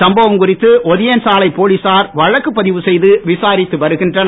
சம்பவம் குறித்து ஒதியஞ்சாலை போலீசார் வழக்கு பதிவு செய்து விசாரித்து வருகின்றனர்